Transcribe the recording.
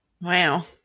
Wow